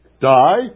die